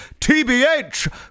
TBH